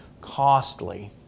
costly